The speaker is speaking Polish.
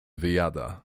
wyjada